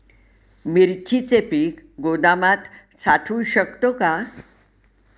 मिरचीचे पीक गोदामात साठवू शकतो का?